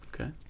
Okay